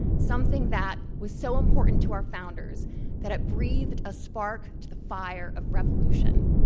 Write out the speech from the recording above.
something that was so important to our founders that it breathed a spark to the fire of revolution.